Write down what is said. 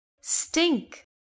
stink